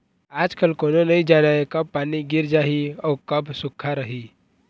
आजकाल कोनो नइ जानय कब पानी गिर जाही अउ कब सुक्खा रही